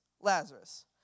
Lazarus